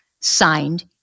Signed